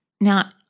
Now